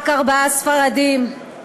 רק ארבעה ספרדים,